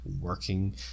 working